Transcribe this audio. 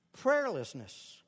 Prayerlessness